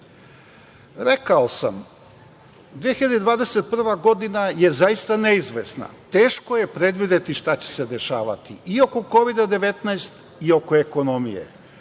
sam 2021. godina je zaista neizvesna, teško je predvideti šta će se dešavati i oko Kovida 19 i oko ekonomije.